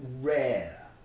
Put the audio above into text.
rare